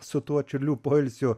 su tuo čiurlių poilsiu